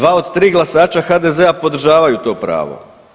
2 od 3 glasača HDZ-a podržavaju to pravo.